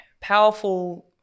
powerful